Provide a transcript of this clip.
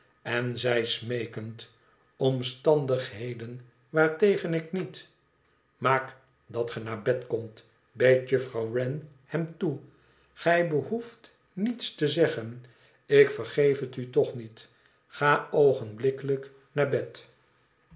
en zei smeekend i omstandigheden waartegen ik niet maak dat ge naar bed komt beet juffrouw wren hem toe gij beboeit niets te zeggen ik vergeef het u toch niet ga obgenblikkelijk naar bed